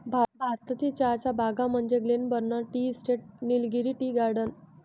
भारतातील चहाच्या बागा म्हणजे Glenburn tea estate, Nilgiri tea garden